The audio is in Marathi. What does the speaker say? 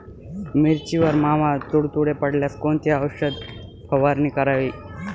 मिरचीवर मावा, तुडतुडे पडल्यास कोणती औषध फवारणी करावी?